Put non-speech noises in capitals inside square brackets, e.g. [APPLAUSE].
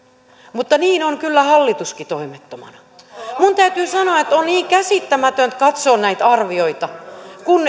mutta niin on kyllä hallituskin toimettomana minun täytyy sanoa että on niin käsittämätöntä katsoa näitä arvioita kun [UNINTELLIGIBLE]